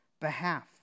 behalf